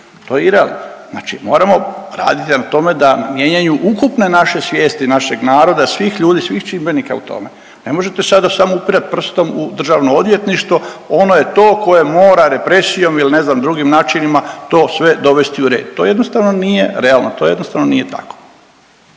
to je irealno. Znači moramo raditi na tome da mijenjanju ukupne naše svijesti našeg naroda, svih ljudi, svih čimbenika u tome. Ne možete sada samo upirati prstom u DORH, ono je to koje moje represijom ili ne znam, drugim načinima to sve dovesti u red. To jednostavno nije realno, to jednostavno nije tako.